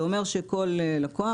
זה אומר שכל לקוח,